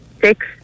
Six